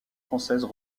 françaises